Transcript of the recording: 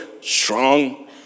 strong